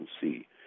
see